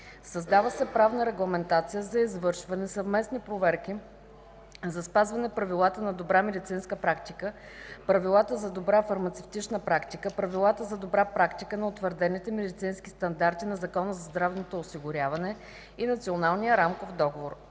Създава се правна регламентация за извършване съвместни проверки за спазване правилата на добра медицинска практика, правилата за добра фармацевтична практика, правилата за добра практика на утвърдените медицински стандарти на Закона за здравното осигуряване и Националния рамков договор.